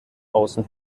außen